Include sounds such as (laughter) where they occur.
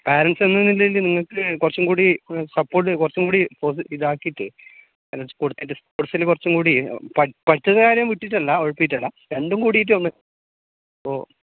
parents എന്ന നിലയിൽ നിങ്ങൾക്ക് കുറച്ചുകൂടി സപ്പോർട്ട് കുറച്ചുകൂടി ഇത് ആക്കിയിട്ട് (unintelligible) കൊടുത്തിട്ട് സ്പോർട്സിൽ കുറച്ചും കൂടി പഠിത്തത്തിൻ്റെ കാര്യം വിട്ടിട്ടല്ല ഉഴപ്പിയിട്ടല്ല രണ്ടും കൂടിയിട്ടൊന്നു അപ്പോൾ